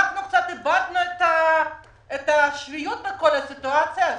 אנחנו קצת איבדנו את השפיות בכל הסיטואציה הזאת.